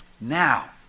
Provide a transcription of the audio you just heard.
Now